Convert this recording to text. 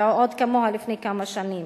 ועוד כמוה לפני כמה שנים.